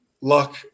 luck